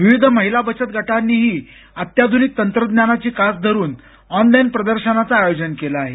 विविध महिला बचत गटांनीही अत्याध्निक तंत्रज्ञानाची कास धरुन ऑनलाईन प्रदर्शनाचं आयोजन केलं आहे